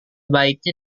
baiknya